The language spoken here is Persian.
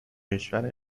کشور